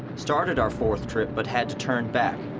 started our fourth trip but had to turn back,